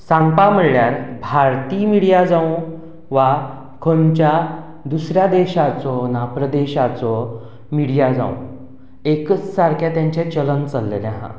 सांगपाचें म्हणल्यार भारतीय मिडिया जावं वा खंयच्या दुसऱ्या देशाचो वा प्रदेशाचो मिडिया जावं एकाच सारकें तांचें चलन चलिल्लें आसा